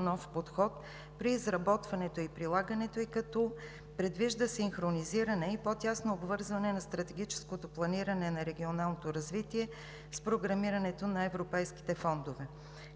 нов подход при изработването и прилагането ѝ, като предвижда синхронизиране и по-тясно обвързване на стратегическото планиране на регионалното развитие с програмирането на европейските фондове.